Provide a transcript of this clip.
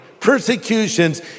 persecutions